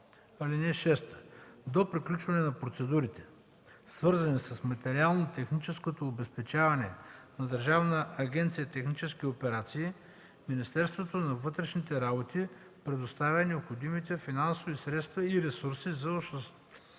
(6) До приключване на процедурите, свързани с материално техническото обезпечаване на Държавна агенция „Технически операции”, Министерството на вътрешните работи предоставя необходимите финансови средства и ресурси за